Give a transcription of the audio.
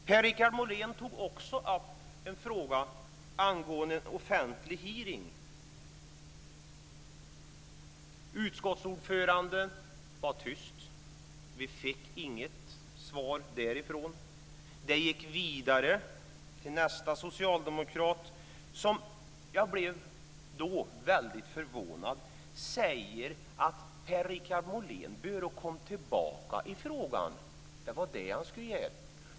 Per-Richard Molén tog också upp en fråga angående en offentlig hearing. Utskottsordföranden var tyst. Vi fick inget svar därifrån. Det gick vidare till nästa socialdemokrat som då sade, och jag blev väldigt förvånad, att Per-Richard Molén bör komma tillbaka i frågan. Det var det han skulle göra.